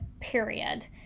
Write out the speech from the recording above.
period